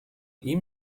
ihm